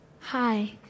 Hi